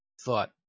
thought